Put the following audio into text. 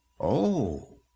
Oh